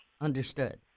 understood